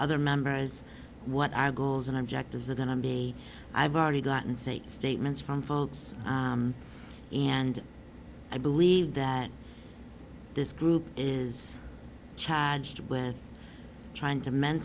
other member is what i'm goals and objectives are going to be i've already gotten sake statements from folks and i believe that this group is charged with trying to mend